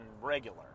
regular